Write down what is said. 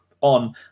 on